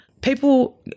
People